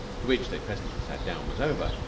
to which they presently sat down, was over,